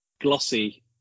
glossy